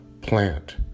plant